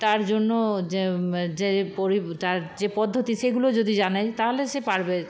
তার জন্য যে তার যে পদ্ধতি সেগুলো যদি জানে তাহলে সে পারবে